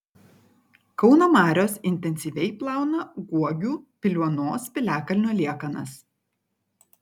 kauno marios intensyviai plauna guogių piliuonos piliakalnio liekanas